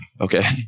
Okay